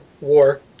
War